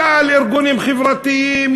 ארגונים חברתיים,